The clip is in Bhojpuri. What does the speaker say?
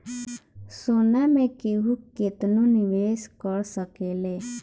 सोना मे केहू केतनो निवेस कर सकेले